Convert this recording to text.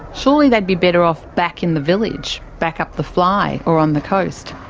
surely they'd be better off back in the village, back up the fly or on the coast?